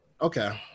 Okay